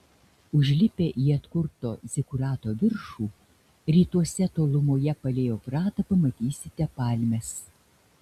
užlipę į atkurto zikurato viršų rytuose tolumoje palei eufratą pamatysite palmes